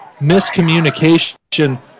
miscommunication